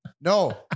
No